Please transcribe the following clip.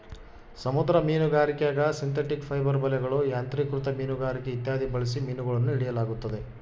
ಸಮುದ್ರ ಮೀನುಗಾರಿಕ್ಯಾಗ synthetic fibre ಬಲೆಗಳು, ಯಾಂತ್ರಿಕೃತ ಮೀನುಗಾರಿಕೆ ಇತ್ಯಾದಿ ಬಳಸಿ ಮೀನುಗಳನ್ನು ಹಿಡಿಯಲಾಗುತ್ತದೆ